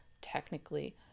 technically